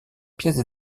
pièces